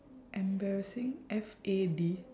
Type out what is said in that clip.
embarrassing F A D